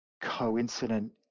coincident